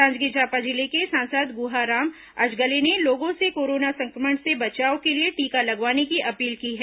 जांजगीर चांपा जिले के सांसद गुहाराम अजगले ने लोगों से कोरोना संक्रमण से बचाव के लिए टीका लगवाने की अपील की है